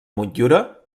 motllura